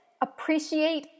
appreciate